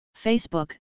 Facebook